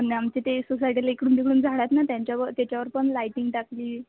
न आमचे ते सोसायटीला इकडून इकडून झाडं आहेत ना त्यांच्यावर त्याच्यावर पण लायटिंग टाकली